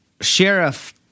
sheriff